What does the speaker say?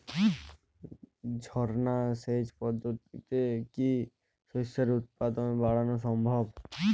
ঝর্না সেচ পদ্ধতিতে কি শস্যের উৎপাদন বাড়ানো সম্ভব?